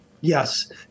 Yes